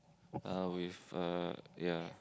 uh with uh ya